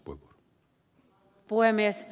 arvoisa puhemies